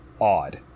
odd